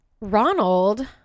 Ronald